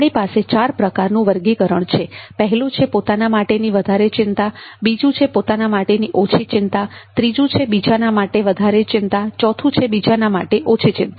આપણી પાસે ચાર પ્રકારનું વર્ગીકરણ છે પહેલુ છે પોતાના માટેની વધારે ચિંતા બીજું છે પોતાના માટેની ઓછી ચિંતા ત્રીજું છે બીજાના માટે વધારે ચિંતા ચોથું છે બીજાના માટે ઓછી ચિંતા